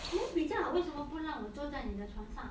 then 比较好为什么不让我坐在你的床上